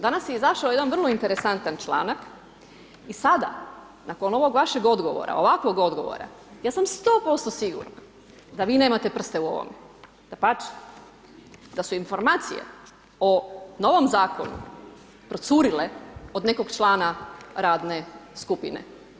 Danas je izašao jedan vrlo interesantan članak i sada, nakon ovog vašeg odgovora, ovakvog odgovora, ja sam 100% sigurna da vi nemate prste u ovome, dapače, da su informacije o novom Zakonu procurile od nekog člana radne skupine.